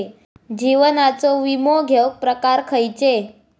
जीवनाचो विमो घेऊक प्रकार खैचे?